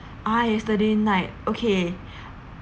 ah yesterday night okay